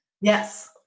Yes